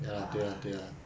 ah